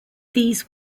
these